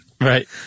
Right